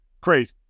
crazy